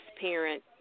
parent